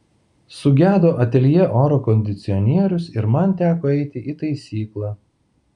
sugedo ateljė oro kondicionierius ir man teko eiti į taisyklą